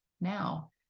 now